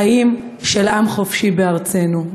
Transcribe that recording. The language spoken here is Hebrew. חיים של עם חופשי בארצנו.